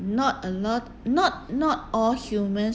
not a lot not not all humans